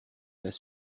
vas